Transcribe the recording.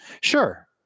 Sure